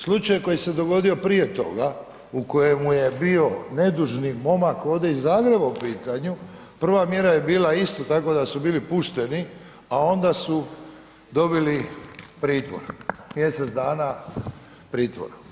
Slučaj koji se dogodio prije toga u kojemu je bio nedužni momak ovdje iz Zagreba u pitanju prva mjera je bila isto tako da su bili pušteni a onda su dobili pritvor mjesec dana pritvora.